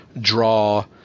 draw